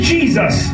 Jesus